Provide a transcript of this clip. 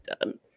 done